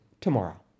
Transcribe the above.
tomorrow